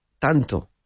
tanto